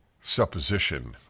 supposition